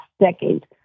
decade